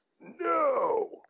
No